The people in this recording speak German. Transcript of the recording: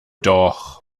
doch